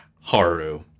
Haru